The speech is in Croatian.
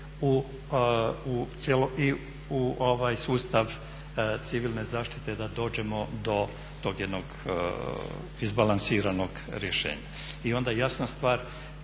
u sustav civilne zaštite da dođemo do tog jednog izbalansiranog rješenja. I onda jasna stvar,